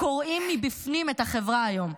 הקורעים מבפנים את החברה היום.